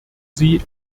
sie